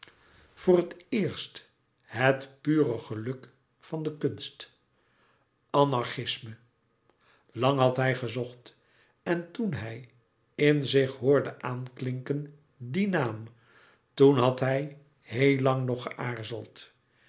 voor het eerst het pure geluk van de kunst anarchisme lang had hij gezocht en toen hij in zich hoorde aanklinken dien naam toen had hij heel lang nog geaarzeld